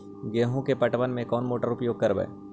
गेंहू के पटवन में कौन मोटर उपयोग करवय?